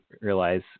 realize